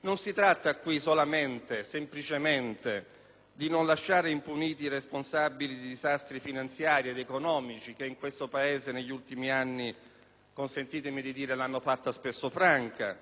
non si tratta solamente e semplicemente di non lasciare impuniti i responsabili di disastri finanziari ed economici che in questo Paese, negli ultimi anni - consentitemi di dire - l'hanno fatta spesso franca,